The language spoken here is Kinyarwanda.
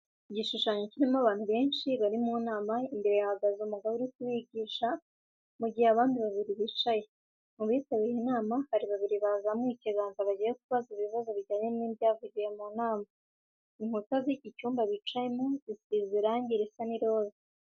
Igishushanyo kirimo abantu benshi bari mu nama imbere hahagaze umugabo uri kubigisha mu gihe hari abandi babiri bicaye. Mu bitabiriye inama hari babiri bazamuye ikiganza bagiye kubaza ibibazo bijyanye n'ibyavugiwe mu nama. Inkuta z'icyumba bicayemo zisize irangi risa n'iroza.